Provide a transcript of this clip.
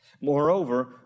Moreover